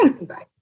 Bye